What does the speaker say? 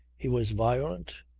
he was violent,